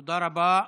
תודה רבה.